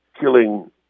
killing